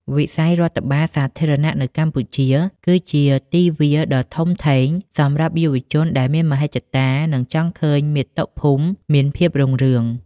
វិស័យរដ្ឋបាលសាធារណៈនៅកម្ពុជា គឺជាទីវាលដ៏ធំធេងសម្រាប់យុវជនដែលមានមហិច្ឆតា និងចង់ឃើញមាតុភូមិមានភាពរុងរឿង។